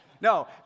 No